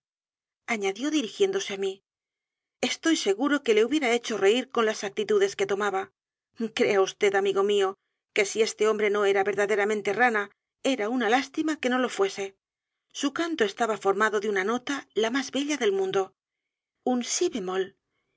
añadió dirigiéndose á m í estoy seguro que le hubiera hecho reir con las actitudes que tomaba crea vd a m i g o mío que si este hombre no era verdaderamente rana era una lástima que no lo fuese su canto estaba formado de una nota la más bella del mundo un si b e